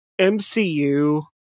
MCU